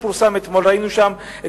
ובדוח מבקר המדינה שפורסם אתמול ראינו את